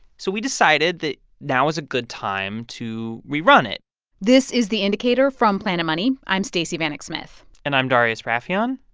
so we decided that now is a good time to rerun it this is the indicator from planet money. i'm stacey vanek smith and i'm darius rafieyan.